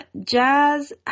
jazz